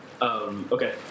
Okay